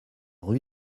rue